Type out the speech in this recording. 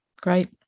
great